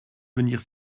venir